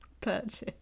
purchase